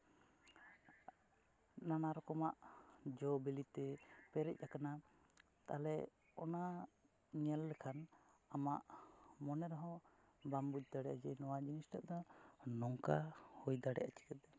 ᱱᱟᱱᱟ ᱨᱚᱠᱚᱢᱟᱜ ᱡᱚ ᱵᱤᱞᱤ ᱛᱮ ᱯᱮᱨᱮᱡ ᱟᱠᱟᱱᱟ ᱛᱟᱞᱦᱮ ᱚᱱᱟ ᱧᱮᱞ ᱞᱮᱠᱷᱟᱱ ᱟᱢᱟᱜ ᱢᱚᱱᱮ ᱨᱮᱦᱚᱸ ᱵᱟᱢ ᱵᱩᱡᱽ ᱫᱟᱲᱮᱭᱟᱜᱼᱟ ᱡᱮ ᱱᱚᱣᱟ ᱡᱤᱱᱤᱥ ᱴᱟᱜ ᱫᱚ ᱱᱚᱝᱠᱟ ᱦᱩᱭ ᱫᱟᱲᱮᱭᱟᱜᱼᱟ ᱪᱤᱠᱟᱹᱛᱮ